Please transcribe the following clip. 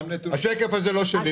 השקף הזה לא שלי.